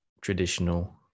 traditional